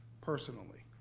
personally.